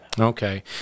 Okay